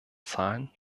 zahlen